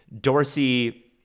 Dorsey